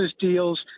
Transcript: deals